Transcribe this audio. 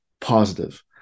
positive